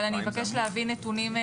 אבל אני אבקש להביא נתונים.